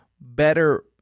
better